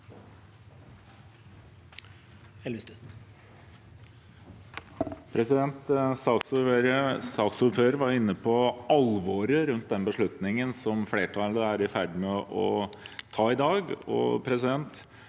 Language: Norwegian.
Saksordføreren var inne på alvoret rundt den beslutningen som flertallet er i ferd med å ta i dag.